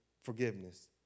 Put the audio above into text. forgiveness